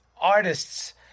artists